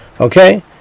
Okay